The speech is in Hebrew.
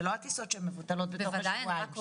זה לא הטיסות שמבוטלות בתוך השבועיים.